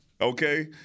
okay